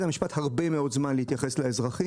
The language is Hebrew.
המצטבר מתחיל מהראשון.